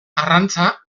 arrantza